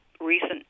recent